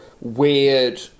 weird